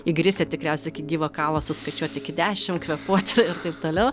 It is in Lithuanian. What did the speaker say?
įgrisę tikriausiai iki gyvo kaulo suskaičiuot iki dešim kvėpuot ir ir taip toliau